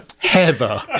Heather